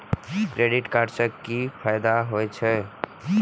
Credit card से कि फायदा होय छे?